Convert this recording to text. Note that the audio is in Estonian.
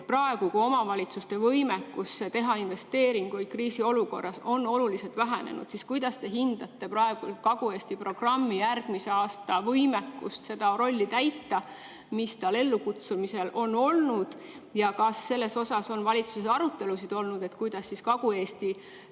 praegu omavalitsuste võimekus teha investeeringuid kriisiolukorras on oluliselt vähenenud, siis kuidas te hindate Kagu-Eesti programmi järgmise aasta võimekust seda rolli täita, mis tal ellu kutsumisel oli. Kas sellel teemal on valitsuses arutelusid olnud, kuidas siis Kagu-Eesti